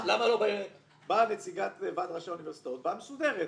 באה נציגת ועד ראשי האוניברסיטאות, באה מסודרת.